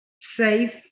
safe